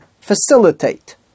facilitate